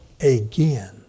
again